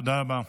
תודה רבה.